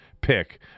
pick